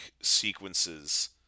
sequences